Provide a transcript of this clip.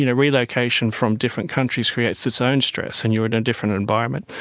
you know relocation from different countries creates its own stress and you are in a different environment,